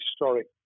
historic